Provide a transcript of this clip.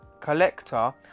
collector